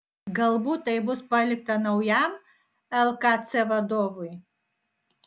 galbūt tai bus palikta naujam lkc vadovui